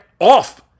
off